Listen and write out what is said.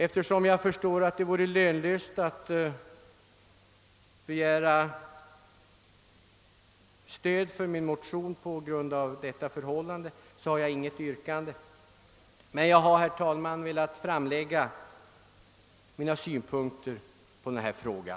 Eftersom jag förstår att det vore lönlöst att begära stöd för min motion på grund av detta förhållande, har jag inget yrkande, men jag har, herr talman, dock velat framlägga mina synpunkter på frågan.